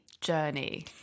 journey